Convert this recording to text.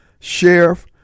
sheriff